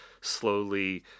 slowly